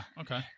Okay